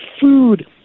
food